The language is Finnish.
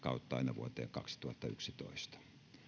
vuoden kaksituhattayhdeksäntoista